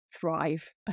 thrive